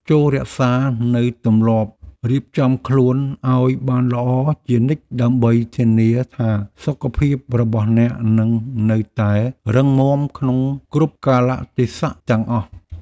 ចូររក្សានូវទម្លាប់រៀបចំខ្លួនឱ្យបានល្អជានិច្ចដើម្បីធានាថាសុខភាពរបស់អ្នកនឹងនៅតែរឹងមាំក្នុងគ្រប់កាលៈទេសៈទាំងអស់។